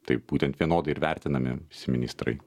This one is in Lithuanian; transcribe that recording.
taip būtent vienodai ir vertinami visi ministrai